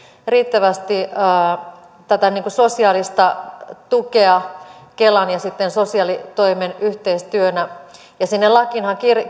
riittävästi tätä sosiaalista tukea kelan ja sosiaalitoimen yhteistyönä ja sinne lakiinhan